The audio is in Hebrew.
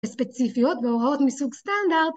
הספציפיות ההוראות מסוג סטנדרט